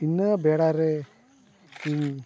ᱤᱱᱟᱹ ᱵᱮᱲᱟ ᱨᱮ ᱤᱧ